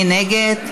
מי נגד?